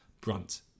brunt